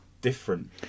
different